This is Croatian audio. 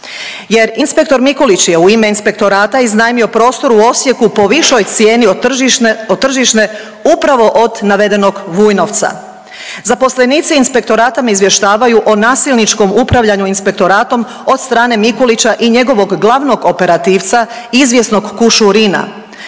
Jer, inspektor Mikulić je u ime Inspektorata iznajmio prostor u Osijeku po višoj cijeni od tržišne upravo od navedenog Vujnovca. Zaposlenici Inspektorata me izvještavaju o nasilničkom upravljanju Inspektoratom od strane Mikulića i njegovog glavnog operativca, izvjesnog Kušurina.